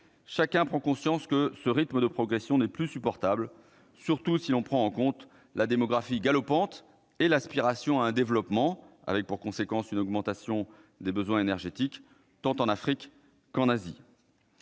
chacun prend conscience que ce rythme de progression n'est plus supportable, surtout si l'on prend en compte la démographie galopante et l'aspiration au développement, avec pour conséquence une augmentation des besoins énergétiques, tant en Afrique qu'en Asie.